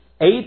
Eight